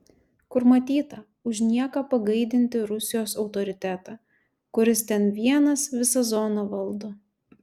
kur matyta už nieką pagaidinti rusijos autoritetą kuris ten vienas visą zoną valdo